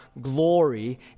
glory